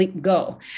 go